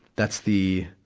that's the,